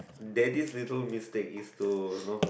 daddy little mistake is to know